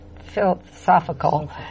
Philosophical